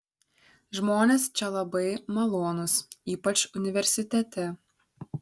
žmonės čia labai malonūs ypač universitete